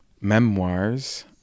memoirs